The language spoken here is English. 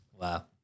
Wow